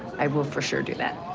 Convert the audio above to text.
i will for sure do that.